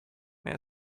may